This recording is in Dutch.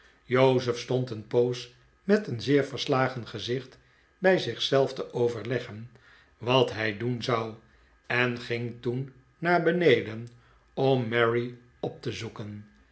jozef stond een poos met een zeer verslagen gezicht bij zich zelf te overleggen wat hij doen zou en ging toen naar beneden om mary op te zoeken